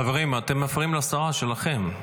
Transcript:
חברים, אתם מפריעים לשרה שלכם.